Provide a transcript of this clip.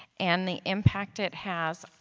an the impact it has